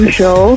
show